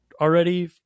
already